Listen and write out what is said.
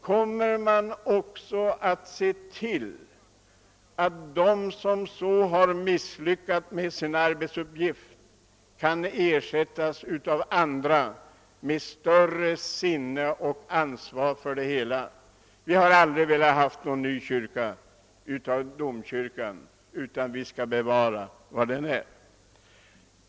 Kommer dessa människor som misslyckats med sin arbetsuppgift att ersättas av andra med ett mera utpräglat sinne och ett större ansvar för arbetet? Vi har aldrig velat ha en ny kyrka; därför skall domkyrkan bevaras i det skick den tidigare varit!